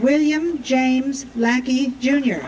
william james lackey junior